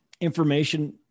information